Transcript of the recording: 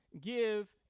give